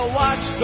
watch